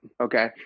Okay